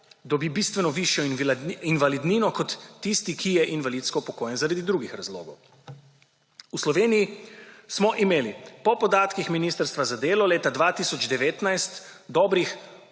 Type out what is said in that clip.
dobi bistveno višjo invalidnino kot tisti, ki je invalidsko upokojen zaradi drugih razlogov. V Sloveniji smo imeli po podatkih ministrstva za delo leta 2019 dobrih